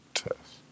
test